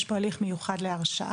יש פה הליך מיוחד להרשאה,